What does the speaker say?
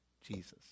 Jesus